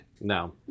No